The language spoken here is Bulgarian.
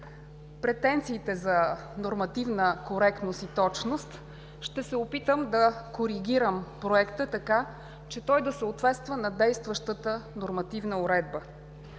претенциите за нормативна коректност и точност, ще се опитам да коригирам Проекта, така че той да съответства на действащата нормативна уредба.